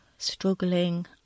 struggling